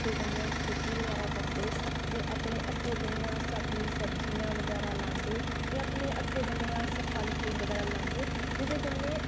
हत्थें कन्नै खेती बगैरा करदे ते अपने हत्थें कन्नै सब्ज़ियां बगैरा लांदे ते अपने हत्थें कन्नै अस फल फ्रूट लांदे जेह्दे कन्नै